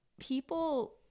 people